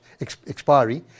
expiry